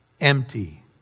empty